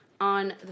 on